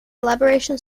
collaboration